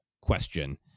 question